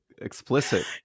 explicit